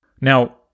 Now